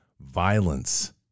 violence